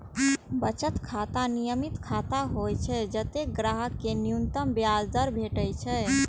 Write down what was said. बचत खाता नियमित खाता होइ छै, जतय ग्राहक कें न्यूनतम ब्याज दर भेटै छै